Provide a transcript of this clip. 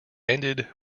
ended